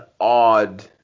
odd